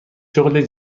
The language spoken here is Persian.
شغل